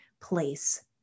place